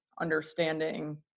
understanding